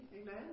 Amen